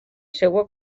seua